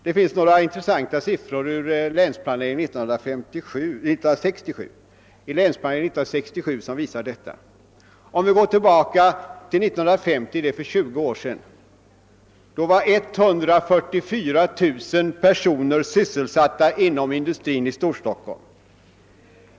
Det finns några intressanta siffror i Länsplanering 67 som visar detta. Är 1950 var 144 000 personer sysselsatta inom industrin i Storstockholm.